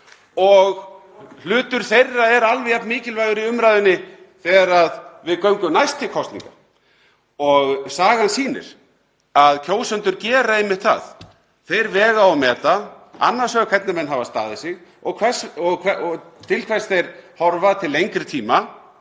og hlutur þeirra er alveg jafn mikilvægur í umræðunni þegar við göngum næst til kosninga. Sagan sýnir að kjósendur gera einmitt það. Þeir vega og meta annars vegar hvernig menn hafa staðið sig og til hvers þeir horfa til lengri tíma